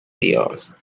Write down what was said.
ears